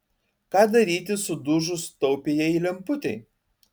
ką daryti sudužus taupiajai lemputei